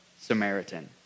Samaritan